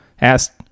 asked